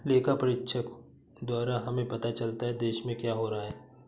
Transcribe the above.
लेखा परीक्षक द्वारा हमें पता चलता हैं, देश में क्या हो रहा हैं?